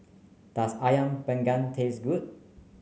does ayam panggang taste good